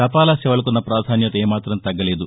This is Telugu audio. తపాలా సేవలకున్న ప్రాధాన్యత ఏమాతం తగ్గలేదు